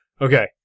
Okay